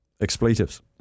expletives